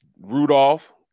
Rudolph